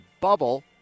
bubble